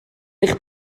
eich